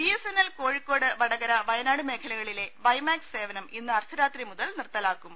B S N L Kozhikode Vadakara Wayanad മേഖലകളിലെ WiMAX സേവനം ഇന്ന് അർദ്ധരാത്രി മുതൽ നിർത്തലാക്കും